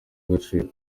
agaciro